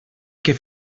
què